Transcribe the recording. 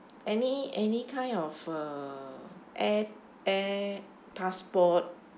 any any kind of uh air air passport